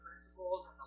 principles